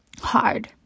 hard